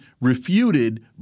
refuted